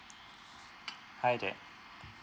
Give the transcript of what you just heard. hi there